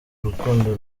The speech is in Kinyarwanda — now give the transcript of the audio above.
urukundo